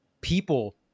people